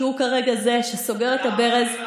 שהוא כרגע זה שסוגר את הברז,